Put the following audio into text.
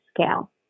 scale